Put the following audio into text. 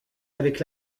avec